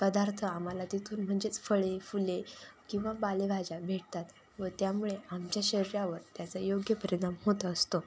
पदार्थ आम्हाला तिथून म्हणजेच फळे फुले किंवा पालेभाज्या भेटतात व त्यामुळे आमच्या शरीरावर त्याचा योग्य परिणाम होत असतो